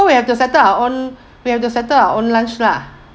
we have to settle our own we have to settle our own lunch lah